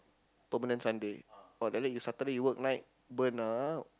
permanent Sunday or like that you Saturday you work night burn ah